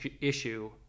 issue